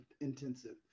intensive